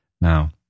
Now